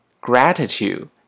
gratitude